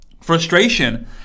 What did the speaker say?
frustration